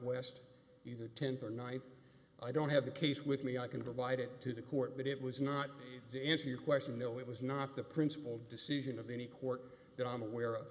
west either th or th i don't have the case with me i can provide it to the court but it was not to answer your question no it was not the principled decision of any court that i'm aware of